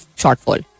shortfall